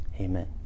Amen